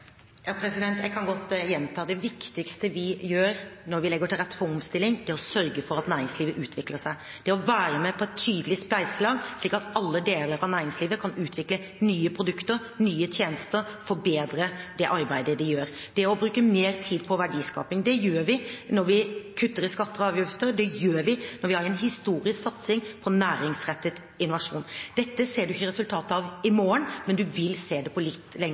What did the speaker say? Jeg kan godt gjenta: Det viktigste vi gjør når vi legger til rette for omstilling, er å sørge for at næringslivet utvikler seg. Det er å være med på et tydelig spleiselag slik at alle deler av næringslivet kan utvikle nye produkter og nye tjenester og forbedre det arbeidet de gjør. Det er å bruke mer tid på verdiskaping. Det gjør vi når vi kutter i skatter og avgifter, og det gjør vi når vi har en historisk satsing på næringsrettet innovasjon. Dette ser man ikke resultatet av i morgen, men man vil se det på litt